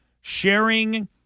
sharing